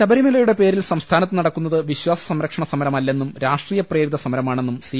ശബരിമലയുടെ പേരിൽ സംസ്ഥാനത്ത് നടക്കുന്നത് വിശ്വാസ സംരക്ഷണ സമരമല്ലെന്നും രാഷ്ട്രീയ പ്രേരിത സമരമാണെന്നും സി